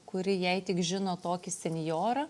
kuri jei tik žino tokį senjorą